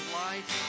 life